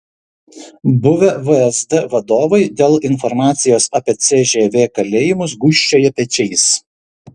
buvę vsd vadovai dėl informacijos apie cžv kalėjimus gūžčioja pečiais